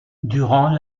durant